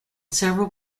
several